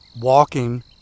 walking